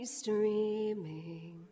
streaming